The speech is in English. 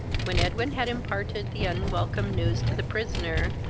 when edwin had imparted the unwelcome news to the prisoner,